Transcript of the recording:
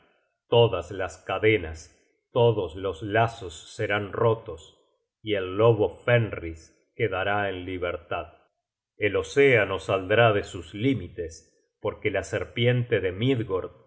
todas las cadenas todos los lazos serán rotos y el lobo fenris quedará en libertad el océano saldrá de sus límites porque la serpiente de midgord